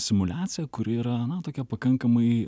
simuliaciją kuri yra na tokia pakankamai